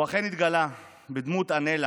והוא אכן התגלה בדמות אנלה,